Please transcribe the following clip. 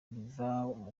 biva